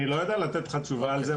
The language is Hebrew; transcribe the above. אני לא יודע לתת לך תשובה על זה.